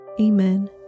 Amen